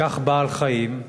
לקח בעל-חיים,